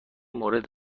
مورد